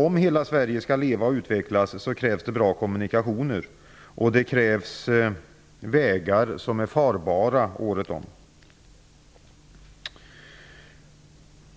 Om hela Sverige skall leva och utvecklas krävs det bra kommunikationer, och det krävs vägar som är farbara året om.